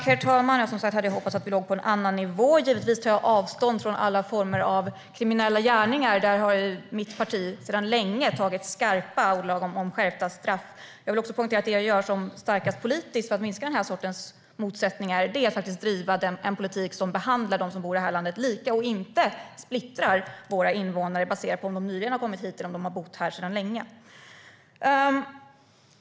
Herr talman! Jag hade hoppats att vi skulle lägga oss på en annan nivå. Jag tar givetvis avstånd från alla former av kriminella gärningar. Mitt parti har sedan länge talat i skarpa ordalag om skärpta straff. Jag vill också poängtera att det jag själv gör starkast politiskt för att minska den här sortens motsättningar är att driva en politik som faktiskt behandlar dem som bor i det här landet lika och inte splittrar våra invånare baserat på om de har kommit hit nyligen eller om de har bott här länge.